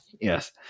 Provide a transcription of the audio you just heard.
Yes